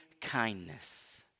kindness